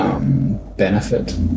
Benefit